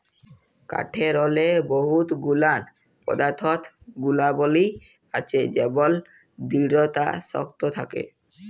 কাঠেরলে বহুত গুলান পদাথ্থ গুলাবলী আছে যেমল দিঢ়তা শক্ত থ্যাকে